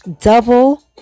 double